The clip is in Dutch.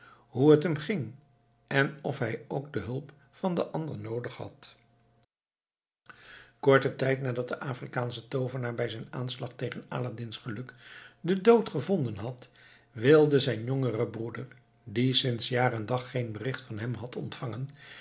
hoe het hem ging en of hij ook de hulp van den ander noodig had korten tijd nadat de afrikaansche toovenaar bij zijn aanslag tegen aladdin's geluk den dood gevonden had wilde zijn jongere broeder die sinds jaar en dag geen bericht van hem had ontvangen